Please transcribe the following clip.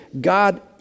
God